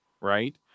right